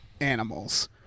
animals